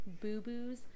boo-boos